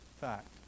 fact